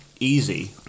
Easy